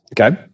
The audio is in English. Okay